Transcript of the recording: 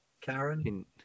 Karen